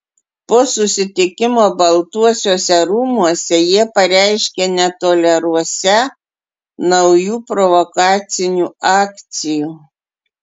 po susitikimo baltuosiuose rūmuose jie pareiškė netoleruosią naujų provokacinių akcijų